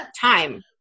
time